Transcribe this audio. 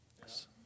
Yes